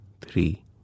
three